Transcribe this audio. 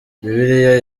bibiliya